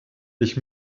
ich